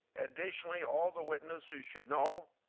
additionally, all the witnesses should know,